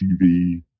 tv